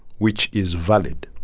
which is valid,